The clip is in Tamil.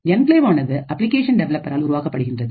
என்கிளேவ் ஆனது அப்ளிகேஷன் டெவலப்பர் ஆல் உருவாக்கப்படுகின்றது